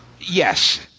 Yes